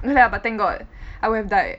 yeah but thank god I would have died